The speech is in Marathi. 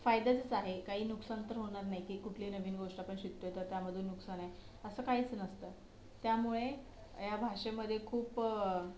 फायद्याचंच आहे काही नुकसान तर होणार नाही की कुठलीही नवीन गोष्ट आपण शिकतो आहे तर त्यामध्ये नुकसान आहे असं काहीच नसतं त्यामुळे या भाषेमध्ये खूप